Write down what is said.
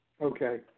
Okay